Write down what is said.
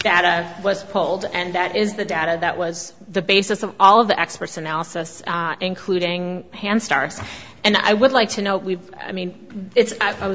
dad i was told and that is the data that was the basis of all of the experts analysis including hand starts and i would like to know we i mean it's i was